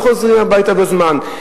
לא חוזרים הביתה בזמן.